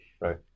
Right